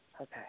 Okay